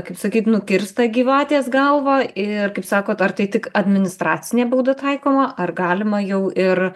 kaip sakyt nukirst tą gyvatės galvą ir kaip sakot ar tai tik administracinė bauda taikoma ar galima jau ir